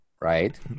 right